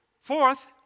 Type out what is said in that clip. Fourth